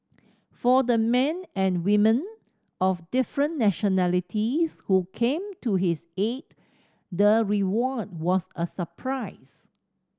for the men and women of different nationalities who came to his aid the reward was a surprise